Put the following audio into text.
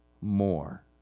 more